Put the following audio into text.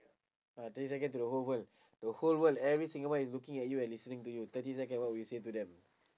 ah thirty second to the whole world to the whole world every single one is looking at you and listening to you thirty second what would you say to them